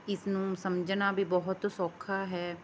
ਇਸ ਨੂੰ ਸਮਝਣਾ ਵੀ ਬਹੁਤ ਸੌਖਾ ਹੈ